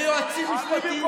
מי ישלם על כל הכספים שלקחת?